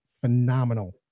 phenomenal